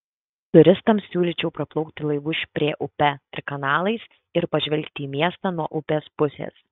turistams siūlyčiau praplaukti laivu šprė upe ir kanalais ir pažvelgti į miestą nuo upės pusės